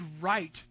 right